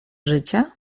życia